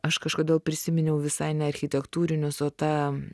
aš kažkodėl prisiminiau visai ne architektūrinius o ta